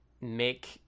make